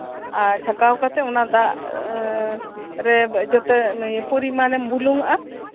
ᱟᱨ ᱪᱷᱟᱠᱟᱣ ᱠᱟᱛᱮᱜ ᱚᱱᱟ ᱫᱟᱜ ᱨᱮ ᱡᱟᱛᱮ ᱯᱚᱨᱤᱢᱟᱱ ᱮᱢ ᱵᱩᱞᱩᱝ ᱟᱜᱼᱟ